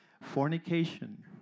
Fornication